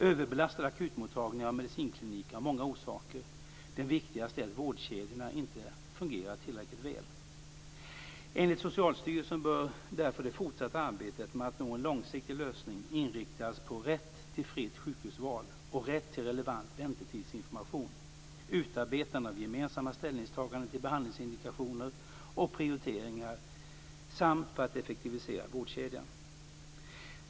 Överbelastade akutmottagningar och medicinkliniker har många orsaker. Den viktigaste är att vårdkedjorna inte fungerar tillräckligt väl. Enligt Socialstyrelsen bör därför det fortsatta arbetet med att nå en långsiktig lösning inriktas på rätt till fritt sjukhusval och rätt till relevant väntetidsinformation, utarbetande av gemensamma ställningstaganden till behandlingsindikationer och prioriteringar samt på att effektivisera vårdkedjan.